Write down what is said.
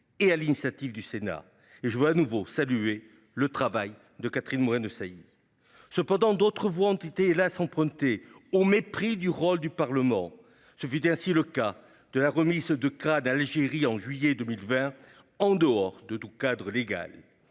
sur l'initiative du Sénat. À cet égard, je veux de nouveau saluer le travail de Catherine Morin-Desailly. Cependant, depuis lors, d'autres voies ont, hélas, été empruntées, au mépris du rôle du Parlement. Ce fut ainsi le cas de la remise de crânes à l'Algérie en juillet 2020, en dehors de tout cadre légal.